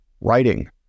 writing